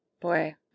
Boy